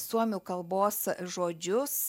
suomių kalbos žodžius